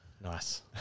Nice